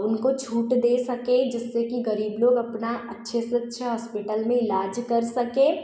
उनको छूट दे सकें जिससे की गरीब लोग अपना अच्छे से अच्छा हॉस्पिटल में इलाज़ कर सके